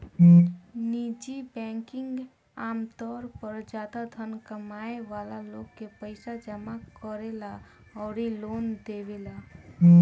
निजी बैंकिंग आमतौर पर ज्यादा धन कमाए वाला लोग के पईसा जामा करेला अउरी लोन देवेला